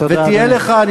תודה, אדוני.